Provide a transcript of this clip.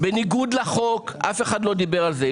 בניגוד לחוק, אף אחד לא דיבר על זה.